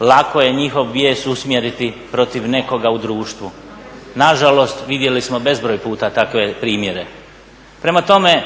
lako je njihov bijes usmjeriti protiv nekoga u društvu. Nažalost, vidjeli smo bezbroj puta takve primjere. Prema tome,